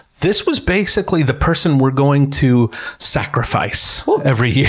this was basically the person we're going to sacrifice every year.